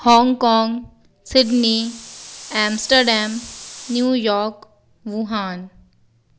Hong Kong Sydney Amsterdam New York Wuhan